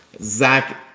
Zach